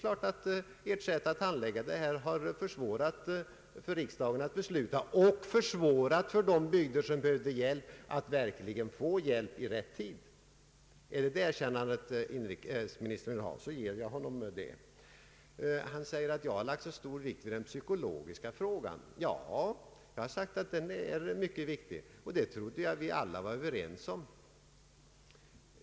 Ert sätt att handlägga dessa frågor har försvårat för riksdagen att besluta och försvårat för de bygder som behöver hjälp att verkligen få hjälp i rätt tid. är det detta erkännande inrikesministern vill ha, så ger jag honom det. Statsrådet Holmqvist sade att jag lagt stor vikt vid den psykologiska frågan. Ja, jag har sagt att den är mycket viktig, och det trodde jag att vi alla var överens om.